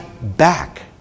back